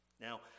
Now